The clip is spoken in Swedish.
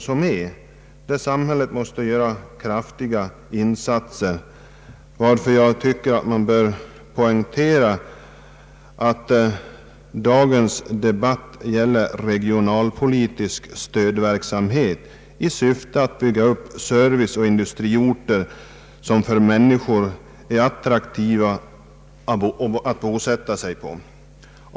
Där måste samhället göra kraftiga insatser, och jag tycker att man bör poängtera att dagens debatt gäller regionalpolitisk stödverksamhet, i syfte att bygga upp serviceoch industriorter som är attraktiva att bosätta sig på.